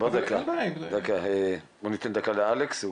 בואו ניתן דקה לאלכס.